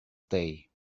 day